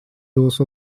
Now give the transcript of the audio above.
those